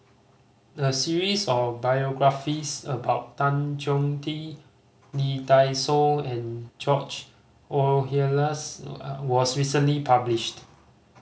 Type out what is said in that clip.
a series of biographies about Tan Choh Tee Lee Dai Soh and George Oehlers was recently published